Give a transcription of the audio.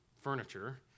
furniture